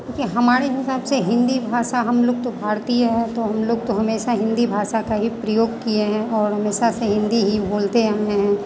देखिए हमारे हिसाब से हिन्दी भाषा हम लोग तो भारतीय हैं तो हम लोग तो हमेशा हिन्दी भाषा का ही प्रयोग किए हैं और हमेशा से ही हिन्दी ही बोलते आए हैं